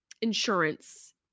insurance